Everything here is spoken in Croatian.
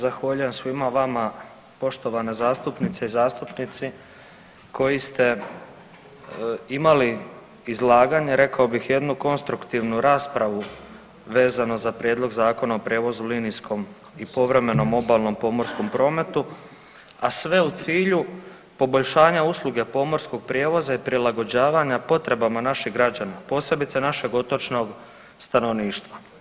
Zahvaljujem svima vama poštovane zastupnice i zastupnici koji ste imali izlaganje rekao bih jednu konstruktivnu raspravu vezano za prijedlog Zakona o prijevoz u linijskom i povremenom obalnom pomorskom prometu, a sve u cilju poboljšanja usluge pomorskog prijevoza i prilagođavanja potrebama naših građana posebice našeg otočnog stanovništva.